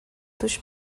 dos